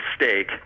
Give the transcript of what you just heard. mistake